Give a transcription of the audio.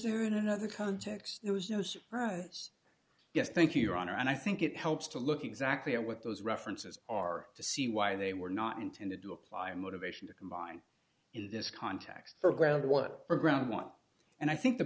there in another context it was no surprise yes thank you your honor and i think it helps to look exactly what those references are to see why they were not intended to apply motivation to combine in this context for ground work or ground want and i think the